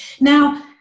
Now